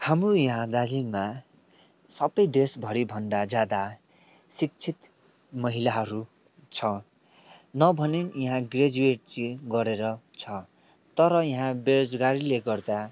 हाम्रो यहाँ दार्जिलिङमा सबै देशभरि भन्दा ज्यादा शिक्षित महिलाहरू छ नभने पनि यहाँ ग्र्याजुएट चाहिँ गरेर छ तर यहाँ बेरोजगारीले गर्दा